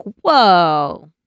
whoa